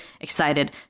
excited